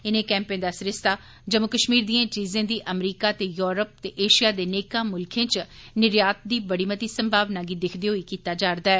इनें कैंपें दा सरिस्ता जम्मू कश्मीर दिएं चीजें दी अमरीका ते युरोप ते एशिया दे नेकां मुल्खें च निर्यात दी बड़ी मती संभावना गी दिक्खदे होई कीता जा'रदा ऐ